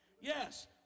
Yes